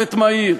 באינטרנט מהיר.